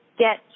get